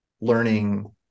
learning